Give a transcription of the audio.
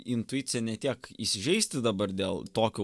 intuicija ne tiek įsiveisti dabar dėl tokio